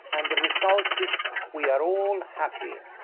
and the result is we are all happy.